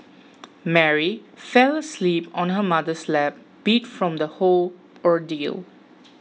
Mary fell asleep on her mother's lap beat from the whole ordeal